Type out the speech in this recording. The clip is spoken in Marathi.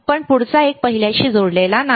पण पुढचा एक पहिल्याशी जोडलेला नाही